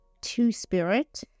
Two-Spirit